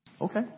Okay